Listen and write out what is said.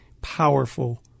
Powerful